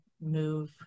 move